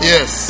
Yes